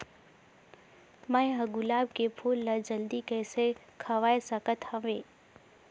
मैं ह गुलाब के फूल ला जल्दी कइसे खवाय सकथ हवे?